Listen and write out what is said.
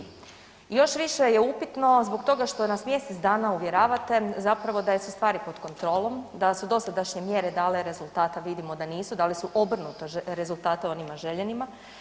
Još više je upitno zbog toga što nas mjesec dana uvjeravate da su stvari pod kontrolom, da su dosadašnje mjere dale rezultat, a vidimo da nisu, dali su obrnuto rezultate onima željenima.